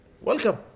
Welcome